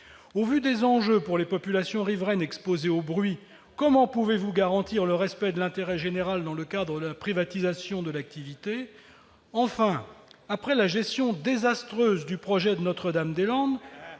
Au vu des enjeux pour les populations riveraines exposées au bruit, comment M. le Premier ministre peut-il garantir le respect de l'intérêt général dans le cadre de la privatisation de l'activité ? Enfin, après la gestion désastreuse du projet de Notre-Dame-des-Landes,